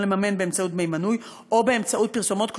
לממן באמצעות דמי מנוי או באמצעות פרסומות,